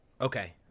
Okay